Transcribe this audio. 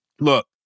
Look